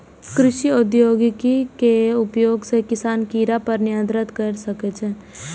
कृषि प्रौद्योगिकी केर उपयोग सं किसान कीड़ा पर नियंत्रण कैर सकै छै